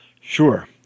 Sure